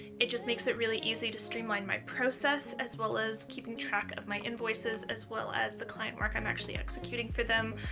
it just makes it really easy to streamline my process as well as keeping track of my invoices as well as the client work i'm actually executing for them.